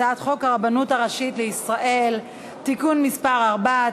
הצעת חוק הרבנות הראשית לישראל (תיקון מס' 4),